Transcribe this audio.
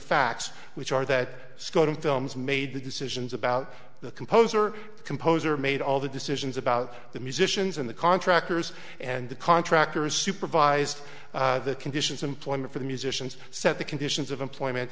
facts which are that scored in films made the decisions about the composer composer made all the decisions about the musicians in the contractors and the contractors supervised the conditions employment for the musicians set the conditions of employment